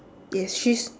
yes she's